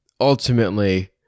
ultimately